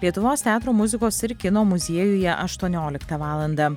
lietuvos teatro muzikos ir kino muziejuje aštuonioliktą valandą